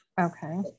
Okay